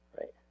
right